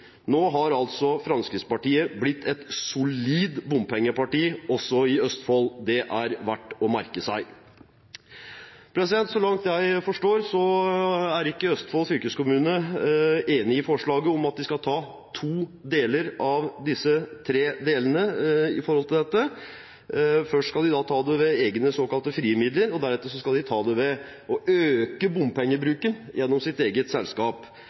Nå har altså Fremskrittspartiet blitt et solid bompengeparti også i Østfold, det er verdt å merke seg. Så langt jeg forstår, er ikke Østfold fylkeskommune enig i forslaget om at de her skal ta to av disse tre delene. Først skal de skal ta det ved egne såkalte frie midler, og deretter skal de ta det ved å øke bompengebruken gjennom sitt eget selskap.